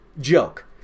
joke